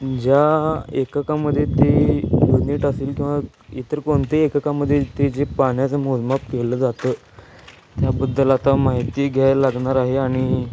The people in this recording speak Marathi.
ज्या एककामध्ये ती युनिट असेल किंवा इतर कोणते एककामध्ये ते जे पाण्याचं मोजमाप केलं जातं त्याबद्दल आता माहिती घ्यायला लागणार आहे आणि